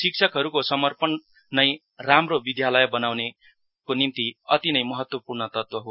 शिक्षकहरूको समर्पण न राम्रो विद्यालय बनाउनको निम्ति अति नै महत्वपूर्ण तत्व हो